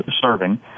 serving